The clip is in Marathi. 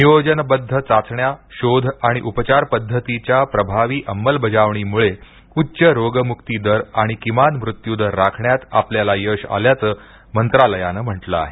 नियोजनबद्ध चाचण्या शोध आणि उपचार पध्दतीच्या प्रभावी अंमलबजावणीमुळे उच्च रोगमुक्ती दर आणि किमान मृत्यू दर राखण्यात आपल्याला यश आल्याचं मंत्रालयानं म्हटल आहे